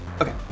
Okay